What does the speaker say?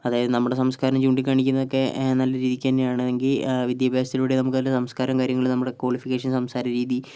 അതായത് നമ്മുടെ സംസ്കാരം ചൂണ്ടിക്കാണിക്കുന്നതൊക്കെ നല്ല രീതിക്കുതന്നെ ആണെങ്കിൽ വിദ്യാഭ്യാസത്തിലൂടെ നമുക്ക് നല്ല സംസ്കാരം കാര്യങ്ങൾ നമ്മുടെ കോളിഫിക്കേഷൻ സംസാര രീതി